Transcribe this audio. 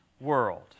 world